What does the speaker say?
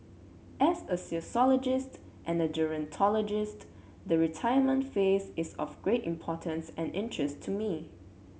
as a sociologist and a gerontologist the retirement phase is of great importance and interest to me